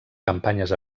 campanyes